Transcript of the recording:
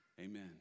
Amen